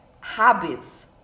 habits